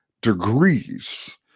degrees